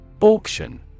Auction